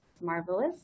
marvelous